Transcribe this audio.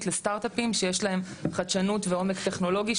לסטארט-אפים שיש להם חדשנות ועומק טכנולוגי,